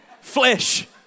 flesh